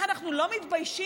איך אנחנו לא מתביישים?